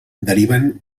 deriven